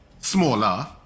smaller